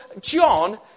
John